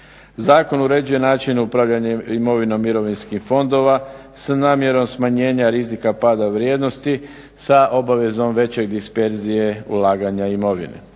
Zakon uređuje način upravljanja imovinom mirovinskih fondova s namjerom smanjenja rizika pada vrijednosti sa obvezom veće disperzije ulaganja imovine.